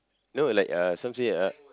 no like uh some say uh